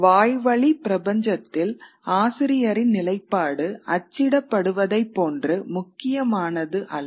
வாய்வழி பிரபஞ்சத்தில் ஆசிரியரின் நிலைப்பாடு அச்சிடப்படுவதைப் போன்று முக்கியமானது அல்ல